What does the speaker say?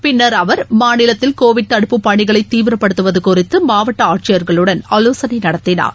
பின்னர் அவர் மாநிலத்தில் கோவிட் தடுப்பு பணிகளைதீவிரப்படுத்துவதுகுறித்தமாவட்டஆட்சியர்களுடன் ஆலோசனைநடத்தினார்